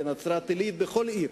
בנצרת-עילית ובכל עיר,